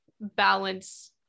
balance